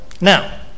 Now